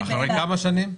אחרי כמה שנים?